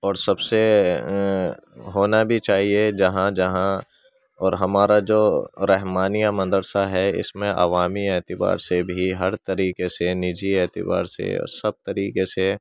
اور سب سے ہونا بھی چاہیے جہاں جہاں اور ہمارا جو رحمانیہ مدرسہ ہے اس میں عوامی اعتبار سے بھی ہر طریقے سے نجی اعتبار سے سب طریقے سے